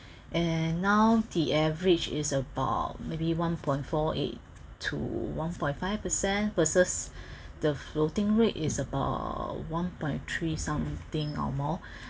and now the average is about maybe one point four eight to one point five percent versus the floating rate is about one point three something or more